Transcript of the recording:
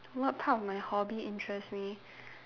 what part of my hobby interest me